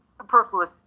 superfluous